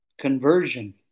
conversion